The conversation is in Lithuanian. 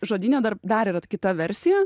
žodyne dar dar yra kita versija